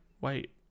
wait